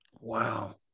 Wow